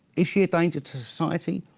is she a danger to society?